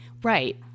Right